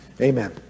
Amen